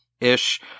ish